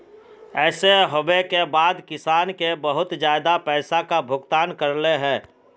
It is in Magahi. ऐसे होबे के बाद किसान के बहुत ज्यादा पैसा का भुगतान करले है?